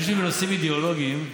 היינו יושבים בנושאים אידיאולוגיים.